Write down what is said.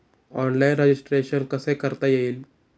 Online registration कसे करता येईल?